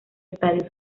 estadio